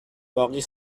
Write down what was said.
باقی